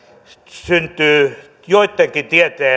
syntyy joittenkin